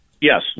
Yes